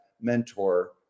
mentor